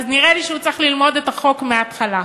נראה לי שהוא צריך ללמוד את החוק מההתחלה.